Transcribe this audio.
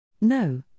No